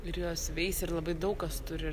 ir juos veis ir labai daug kas turi ir